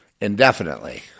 indefinitely